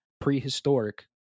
prehistoric